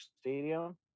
Stadium